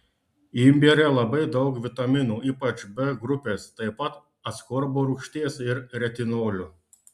imbiere labai daug vitaminų ypač b grupės taip pat askorbo rūgšties ir retinolio